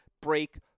break